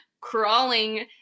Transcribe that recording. crawling